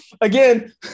again